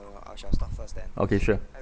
okay sure